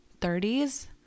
30s